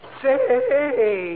say